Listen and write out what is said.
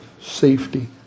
safety